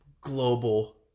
global